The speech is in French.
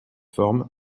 forme